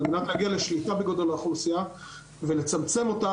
על מנת להגיע לשליטה בגודל האוכלוסייה ולצמצם אותה,